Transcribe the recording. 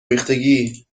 ریختگی